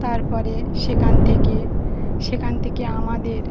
তারপরে সেখান থেকে সেখান থেকে আমাদের